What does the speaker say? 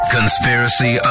Conspiracy